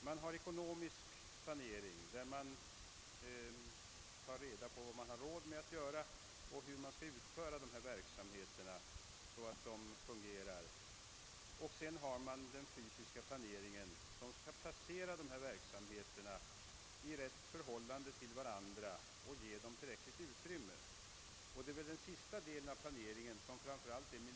Man har ekonomisk planering där man tar reda på vad man har råd att göra och hur man skall utföra dessa verksamhe ter så att de fungerar. Sedan har man också den fysiska planeringen som skall placera dessa verksamheter i rätt förhållande till varandra och ge dem tillräckligt utrymme. Framför allt den sistnämnda delen av planeringen är miljöbildande.